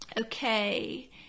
Okay